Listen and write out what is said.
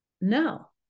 no